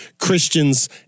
Christians